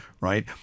Right